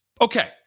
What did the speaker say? Okay